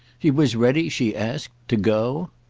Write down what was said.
he was ready, she asked, to go?